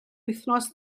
wythnos